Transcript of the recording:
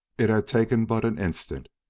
it had taken but an instant.